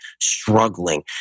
struggling